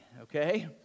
okay